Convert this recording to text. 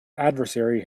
adversary